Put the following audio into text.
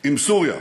עם סוריה".